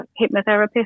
hypnotherapist